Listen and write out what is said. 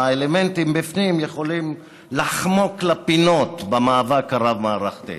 האלמנטים בפנים יכולים לחמוק לפינות במאבק הרב-מערכתי.